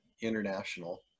international